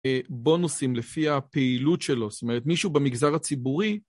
בונוסים לפי הפעילות שלו, זאת אומרת, מישהו במגזר הציבורי...